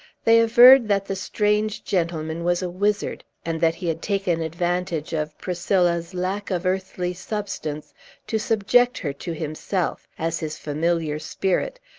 they averred that the strange gentleman was a wizard, and that he had taken advantage of priscilla's lack of earthly substance to subject her to himself, as his familiar spirit,